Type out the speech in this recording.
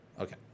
Okay